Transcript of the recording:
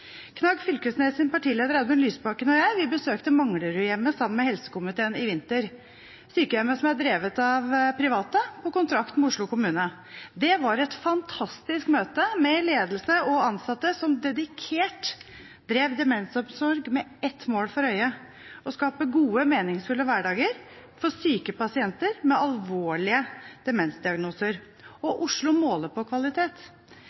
Knag Fylkesnes’ partileder, Audun Lysbakken, og jeg besøkte Manglerudhjemmet sammen med helsekomiteen i vinter, et sykehjem som er drevet av private på kontrakt med Oslo kommune. Det var et fantastisk møte med ledelse og ansatte, som dedikert drev demensomsorg med ett mål for øye, å skape en god, meningsfull hverdag for syke pasienter med alvorlige demensdiagnoser. Og Oslo måler på kvalitet.